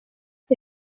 the